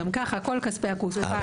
גם ככה כל כספי הקופה הם כספי ציבור.